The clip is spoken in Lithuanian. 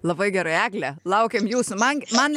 labai gerai egle laukiam jūsų man man